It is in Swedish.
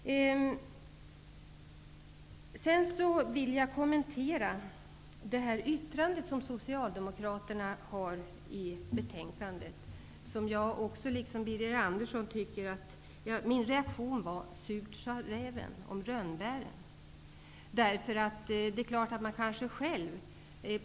Sedan vill jag kommentera det yttrande som Socialdemokraterna har i betänkandet. Där tycker jag som Birger Andersson. Min reaktion var: Surt sade räven om rönnbären.